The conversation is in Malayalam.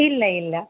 ഇല്ല ഇല്ല